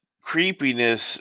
creepiness